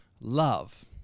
love